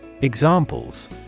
Examples